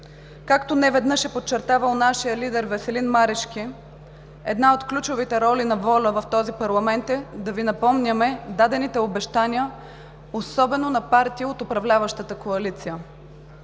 Както неведнъж е подчертавал нашият лидер Веселин Марешки, една от ключовите роли на ВОЛЯ в този парламент е да Ви напомняме дадените обещания, особено на партии от управляващата коалиция,